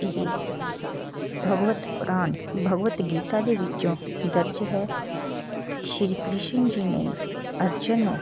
ਇਹ ਭਗਵਤ ਪੁਰਾਨ ਭਗਵਤ ਗੀਤਾ ਦੇ ਵਿੱਚੋਂ ਦਰਜ ਹੈ ਸ਼੍ਰੀ ਕ੍ਰਿਸ਼ਨ ਜੀ ਨੇ ਅਰਜਨ ਨੂੰ